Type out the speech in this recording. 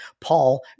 Paul